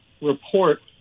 report